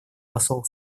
посол